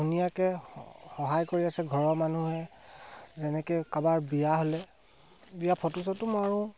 ধুনীয়াকে সহায় কৰি আছে ঘৰৰ মানুহে যেনেকে কাৰোবাৰ বিয়া হ'লে বিয়াৰ ফটো চটো মাৰোঁ